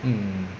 mm